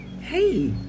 hey